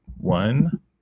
one